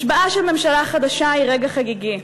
השבעה של ממשלה חדשה היא רגע חגיגי,